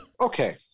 Okay